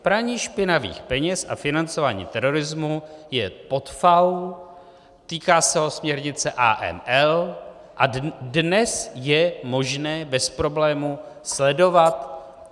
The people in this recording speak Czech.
Praní špinavých peněz a financování terorismu je pod FAÚ, týká se ho směrnice AML a dnes je možné bez problémů sledovat...